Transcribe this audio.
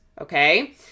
Okay